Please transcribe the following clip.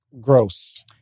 gross